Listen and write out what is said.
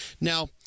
Now